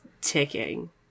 ticking